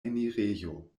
enirejo